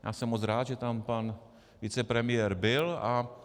Já jsem moc rád, že tam pan vicepremiér byl.